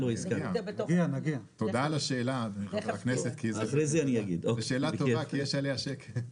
תודה על השאלה, זאת שאלה טובה כי יש עליה שקף.